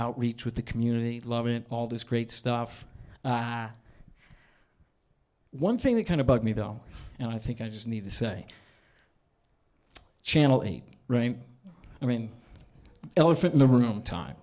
outreach with the community love it all this great stuff one thing that kind of bugged me though and i think i just need to say channel eight right i mean the elephant in the room time